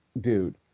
dude